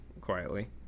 quietly